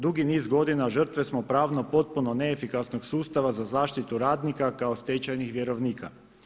Dugi niz godina žrtve smo pravno potpuno neefikasnog sustava za zaštitu radnika kao stečajnih vjerovnika.